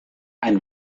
ein